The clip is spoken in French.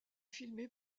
filmé